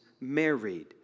married